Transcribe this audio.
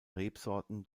rebsorten